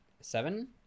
seven